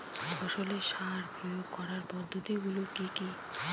ফসলের সার প্রয়োগ করার পদ্ধতি গুলো কি কি?